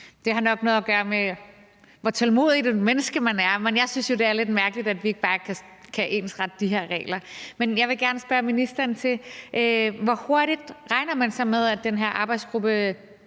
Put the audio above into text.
Det har nok noget at gøre med, hvor tålmodigt et menneske man er, men jeg synes jo, det er lidt mærkeligt, at vi ikke bare kan ensrette de her regler. Men jeg vil gerne spørge ministeren til, hvor hurtigt man så regner med, at den her arbejdsgruppe